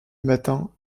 matin